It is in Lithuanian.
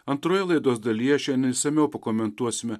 antroje laidos dalyje šiandien išsamiau pakomentuosime